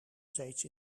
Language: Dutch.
steeds